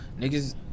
Niggas